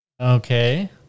Okay